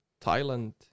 Thailand